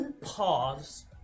Pause